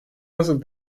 nasıl